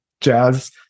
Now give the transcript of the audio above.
jazz